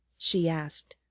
she asked,